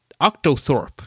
OctoThorpe